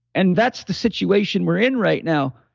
and that's the situation we're in right now.